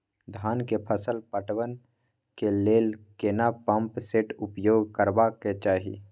धान के फसल पटवन के लेल केना पंप सेट उपयोग करबाक चाही?